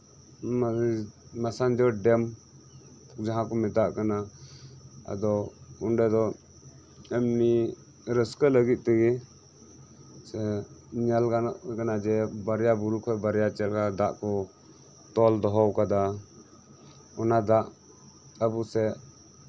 ᱢᱟᱟᱜᱡᱳᱲ dam ᱡᱟᱸᱦᱟ ᱠᱚ ᱢᱮᱛᱟᱜ ᱠᱟᱱᱟ ᱟᱫᱚ ᱚᱱᱰᱮ ᱫᱚ ᱮᱢᱱᱤ ᱨᱟᱹᱥᱠᱟᱹ ᱞᱟᱹᱜᱤᱫ ᱛᱮᱜᱮ ᱧᱮᱞ ᱜᱟᱱᱚᱜ ᱠᱟᱱᱟ ᱡᱮ ᱵᱟᱨᱭᱟ ᱵᱩᱨᱩ ᱠᱷᱚᱡ ᱵᱟᱨᱭᱟ ᱪᱟᱸᱜᱟ ᱫᱟᱜ ᱠᱚ ᱛᱚᱞ ᱫᱚᱦᱚ ᱠᱟᱫᱟ ᱚᱱᱟ ᱫᱟᱜ ᱟᱵᱚ ᱥᱮᱫ